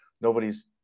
nobody's